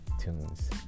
tunes